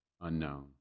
unknown